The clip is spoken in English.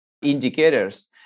indicators